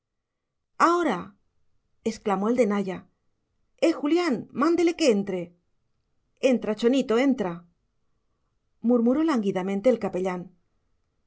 ahora exclamó el de naya eh julián mándele que entre entra chonito entra murmuró lánguidamente el capellán